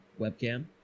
webcam